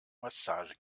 massage